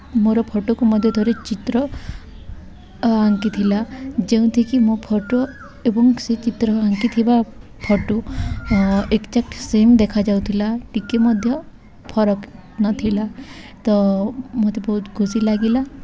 ମୋର ଫଟୋକୁ ମଧ୍ୟ ଥରେ ଚିତ୍ର ଆଙ୍କିଥିଲା ଯେଉଁଥିକି ମୋ ଫଟୋ ଏବଂ ସେ ଚିତ୍ର ଆଙ୍କିଥିବା ଫଟୋ ଏଗ୍ଜାକ୍ଟ ସେମ୍ ଦେଖାଯାଉଥିଲା ଟିକିଏ ମଧ୍ୟ ଫରକ୍ ନଥିଲା ତ ମୋତେ ବହୁତ ଖୁସି ଲାଗିଲା